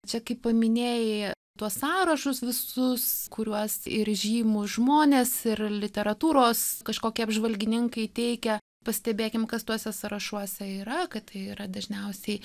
čia kai paminėjai tuos sąrašus visus kuriuos ir žymūs žmonės ir literatūros kažkokie apžvalgininkai teikia pastebėkim kas tuose sąrašuose yra kad tai yra dažniausiai